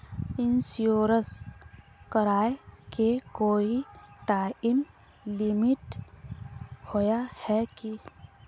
Insurance कराए के कोई टाइम लिमिट होय है की?